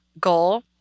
goal